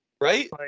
Right